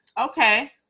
Okay